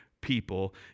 people